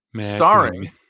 Starring